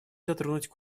затронуть